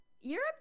Europe